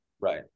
Right